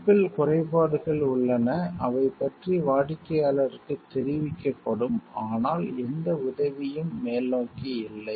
சிப்பில் குறைபாடுகள் உள்ளன அவை பற்றி வாடிக்கையாளருக்கு தெரிவிக்கப்படும் ஆனால் எந்த உதவியும் மேல்நோக்கி இல்லை